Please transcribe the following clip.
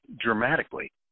dramatically